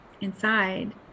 inside